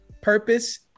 purpose